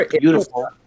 beautiful